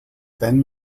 then